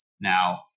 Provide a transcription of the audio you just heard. Now